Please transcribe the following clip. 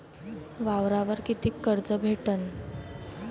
वावरावर कितीक कर्ज भेटन?